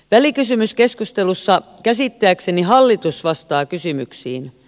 välikysymyskeskustelussa käsittääkseni hallitus vastaa kysymyksiin